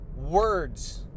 words